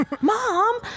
Mom